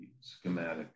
schematic